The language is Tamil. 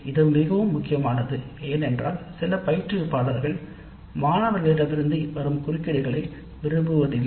இது மிகவும் முக்கியமானது சில பயிற்றுனர்கள் மாணவர்களிடமிருந்து வரும் குறுக்கீடுகளை விரும்புவதில்லை